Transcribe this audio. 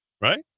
right